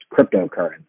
cryptocurrency